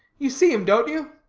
you see him, don't you?